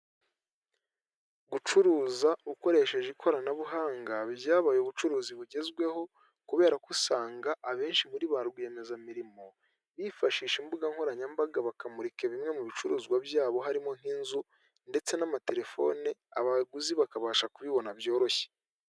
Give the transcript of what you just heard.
Gucuruza ukoresheje ikoranabuhanga, byabaye ubucuruzi bugezweho, kubera ko usanga abenshi muri ba rwiyemezamirimo, bifashisha imbuga nkoranyambaga bakamurika bimwe mu bicuruzwa byabo harimo nk'inzu ndetse n'amatelefone, abaguzi bakabasha kubibona byoroshye.